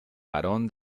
barón